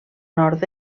nord